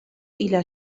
إلى